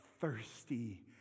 thirsty